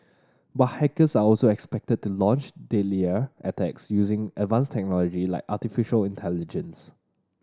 but hackers are also expected to launch deadlier attacks using advanced technology like artificial intelligence